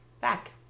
back